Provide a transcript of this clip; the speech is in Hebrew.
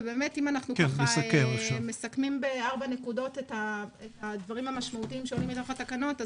אם אנחנו מסכמים בארבע נקודות את הדברים המשמעותיים שעולים מתוך התקנות,